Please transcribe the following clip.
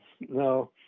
No